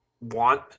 want